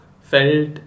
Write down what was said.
felt